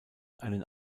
einen